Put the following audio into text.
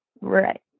Right